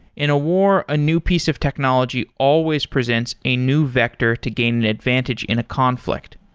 in a war, a new piece of technology always presents a new vector to gain an advantage in a conflict.